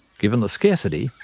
given the scarcity,